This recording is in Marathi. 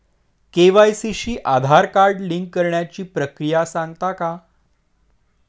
के.वाय.सी शी आधार कार्ड लिंक करण्याची प्रक्रिया सांगता का?